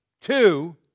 Two